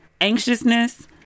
anxiousness